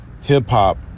hip-hop